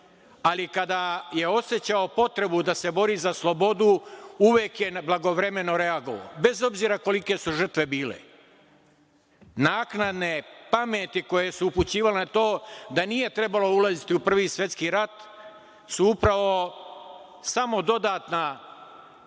ali kada je osećao potrebu da se bori za slobodu uvek je blagovremeno reagovao, bez obzira kolike su žrtve bile. Naknadne pameti koje su upućivale na to da nije trebalo ulaziti u Prvi svetski rat su upravo samo dodatna